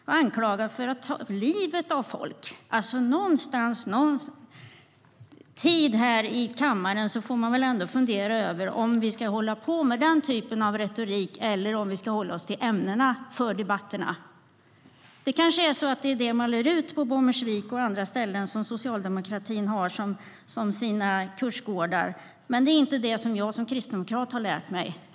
Hon anklagade den för att ha tagit livet av folk. Här i kammaren får man väl ändå någon gång fundera över om vi ska hålla på med den typen av retorik eller om vi ska hålla oss till ämnena för debatterna. Det kanske är sådant som man lär ut på Bommersvik och socialdemokratins andra kursgårdar. Men det är inte vad jag som kristdemokrat har lärt mig.